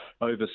over